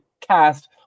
cast